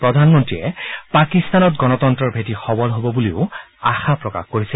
প্ৰধানমন্ত্ৰীয়ে পাকিস্তানত গণতন্ত্ৰণৰ ভেটি সবল হ'ব বুলিও আশা প্ৰকাশ কৰিছে